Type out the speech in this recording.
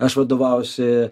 aš vadovaujuosi